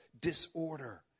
disorder